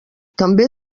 també